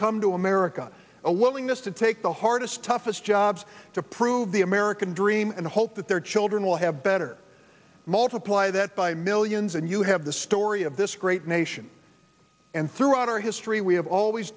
come to america a willingness to take the hardest toughest jobs to prove the american dream and hope that their children will have better multiply that by millions and you have the story of this great nation and throughout our history we have always